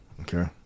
Okay